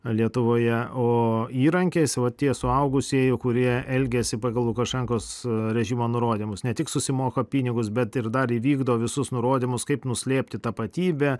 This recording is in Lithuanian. lietuvoje o įrankiais vat tie suaugusieji kurie elgiasi pagal lukašenkos režimo nurodymus ne tik susimoka pinigus bet ir dar įvykdo visus nurodymus kaip nuslėpti tapatybę